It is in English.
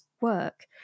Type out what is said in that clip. work